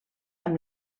amb